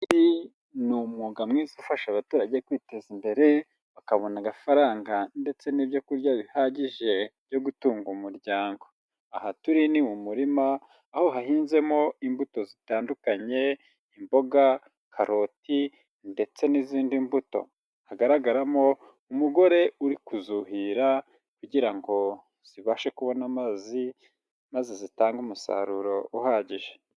Ubuhinzi ni umwuga mwiza ufasha abaturage kwiteza imbere bakabona agamafaranga ndetse n'ibyo kurya bihagije byo gutunga umuryango, aha turi ni mu murima, aho hahinzemo imbuto zitandukanye, imboga, karoti ndetse n'izindi mbuto, hagaragaramo umugore uri kuzuhira, kugira ngo zibashe kubona amazi maze zitanga umusaruro uhagije.